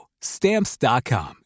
Stamps.com